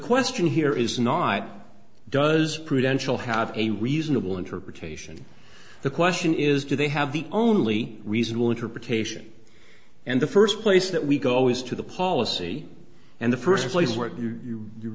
question here is not does prudential have a reasonable interpretation the question is do they have the only reasonable interpretation and the first place that we go always to the policy and the first place where you